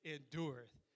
endureth